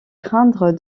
craindre